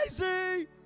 crazy